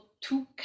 two